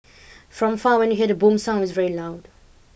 from far when you hear the boom sound it's very loud